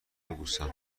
ببوسم